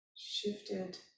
shifted